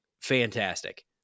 fantastic